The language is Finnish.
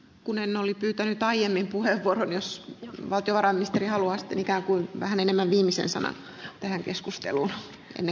kun hän oli pyytänyt aiemmin puheenvuoron jos valtiovarainministeri halua stenikäänkuin vähän enemmän ihmisen silmään kun keskustelu työllistämismahdollisuuksia